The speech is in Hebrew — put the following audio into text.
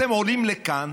אתם עולים לכאן,